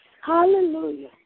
Hallelujah